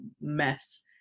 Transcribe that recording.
mess